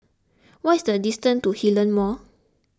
what is the distance to Hillion Mall